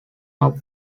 now